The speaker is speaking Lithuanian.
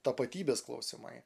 tapatybės klausimai